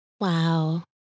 Wow